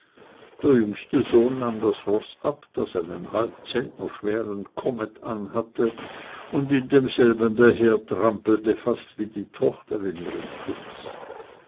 der jüngste sohn nahm das roß ab das einen halbzentnerschweren kommet an hatte und in demselben dahertrampelte fast wie die tochter in ihrem putz